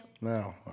No